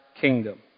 Kingdom